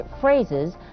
phrases